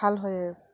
ভাল হয়